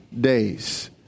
days